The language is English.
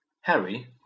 Harry